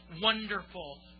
wonderful